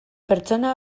pertsona